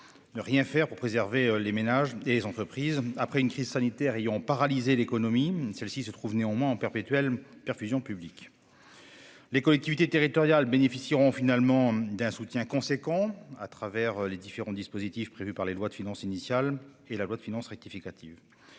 ne rien faire pour préserver les ménages et les entreprises. Après une crise sanitaire ayant paralysé l'économie, celle-ci se trouve néanmoins en perpétuelle perfusion d'argent public. Les collectivités territoriales bénéficieront finalement d'un soutien important au travers des différents dispositifs prévus par les lois de finances initiale et rectificative.